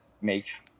makes